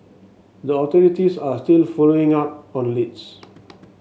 the authorities are still following up on leads